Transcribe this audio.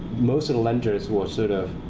most of the lenders who are sort of